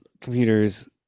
computers